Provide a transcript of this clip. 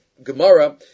Gemara